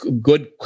good